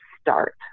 start